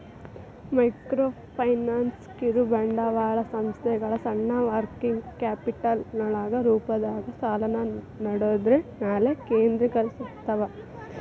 microfinance ಕಿರುಬಂಡವಾಳ ಸಂಸ್ಥೆಗಳ ಸಣ್ಣ ವರ್ಕಿಂಗ್ ಕ್ಯಾಪಿಟಲ್ ಲೋನ್ಗಳ ರೂಪದಾಗ ಸಾಲನ ನೇಡೋದ್ರ ಮ್ಯಾಲೆ ಕೇಂದ್ರೇಕರಸ್ತವ